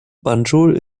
banjul